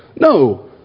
No